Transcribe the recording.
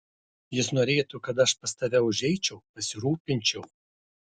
jis norėtų kad aš pas tave užeičiau pasirūpinčiau